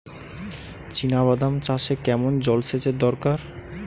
চিনাবাদাম চাষে কেমন জলসেচের দরকার?